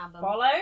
follow